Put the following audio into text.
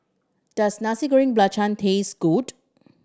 does Nasi Goreng Belacan taste good